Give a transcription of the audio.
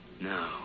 No